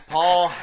Paul